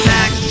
Back